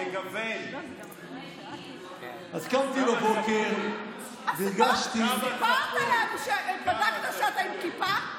אז קמתי בבוקר, סיפרת לנו שבדקת שאתה עם כיפה,